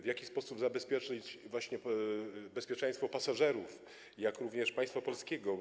W jaki sposób zabezpieczyć bezpieczeństwo pasażerów, jak również państwa polskiego?